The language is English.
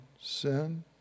sin